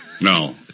No